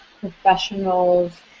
professionals